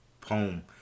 poem